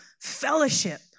fellowship